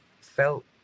felt